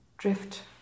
Drift